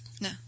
No